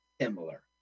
similar